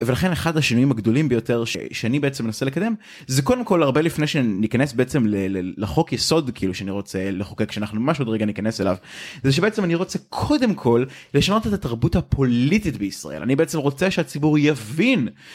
ולכן אחד השינויים הגדולים ביותר שאני בעצם מנסה לקדם זה קודם כל הרבה לפני שניכנס בעצם לחוק יסוד כאילו שאני רוצה לחוקק שאנחנו ממש עוד רגע ניכנס אליו זה שבעצם אני רוצה קודם כל לשנות את התרבות הפוליטית בישראל אני בעצם רוצה שהציבור יבין.